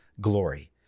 glory